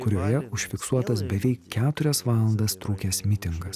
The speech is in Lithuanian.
kurioje užfiksuotas beveik keturias valandas trukęs mitingas